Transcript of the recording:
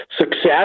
success